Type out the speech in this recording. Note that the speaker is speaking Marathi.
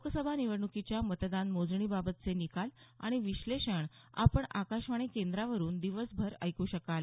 लोकसभा निवडणुकीच्या मतदान मोजणी बाबतचे निकाल आणि विश्लेषण आपण आकाशवाणी केंद्रावरून दिवसभर ऐकू शकाल